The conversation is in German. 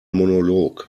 monolog